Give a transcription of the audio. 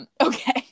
Okay